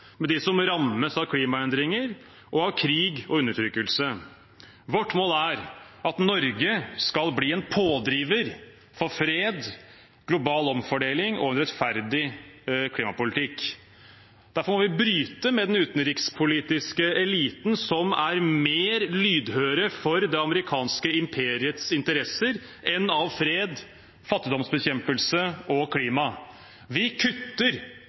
de som rammes av klimaendringer, krig og undertrykkelse. Vårt mål er at Norge skal bli en pådriver for fred, global omfordeling og en rettferdig klimapolitikk. Derfor må vi bryte med den utenrikspolitiske eliten, som er mer lydhør for det amerikanske imperiets interesser enn for fred, fattigdomsbekjempelse og klima. Vi kutter